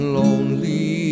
lonely